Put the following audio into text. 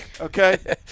Okay